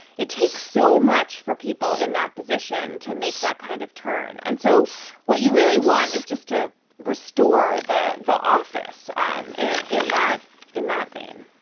it takes so much for people in that position to make that kind of turn. and so what you really want is just to restore the the office um and in that in that vein,